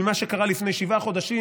ממה שקרה לפני שבעה חודשים,